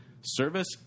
Service